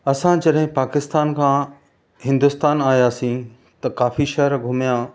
असां जॾहिं पाकिस्तान खां हिंदुस्तान आहियासीं त काफ़ी शहर घुमिया